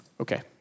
Okay